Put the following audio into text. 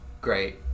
great